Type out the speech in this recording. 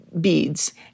beads